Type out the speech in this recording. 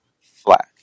flat